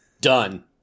Done